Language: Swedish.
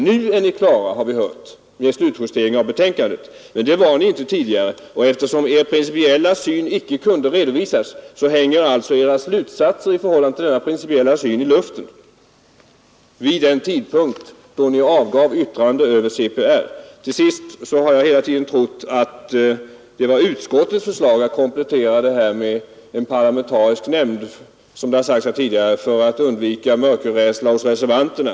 Nu är ni klara med slutjusteringen av betänkandet, har vi hört, men det var ni inte tidigare, och eftersom er principiella syn icke kunde redovisas då, hängde alltså era slutsatser i luften vid den tidpunkt då ni avgav yttrande över CPR. Till sist måste jag säga att jag hela tiden trott att det var utskottets förslag att komplettera med en parlamentarisk nämnd för att, som det sagts här tidigare, undvika mörkerrädsla hos reservanterna.